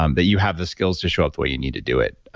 um that you have the skills to show up what you need to do it.